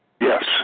Yes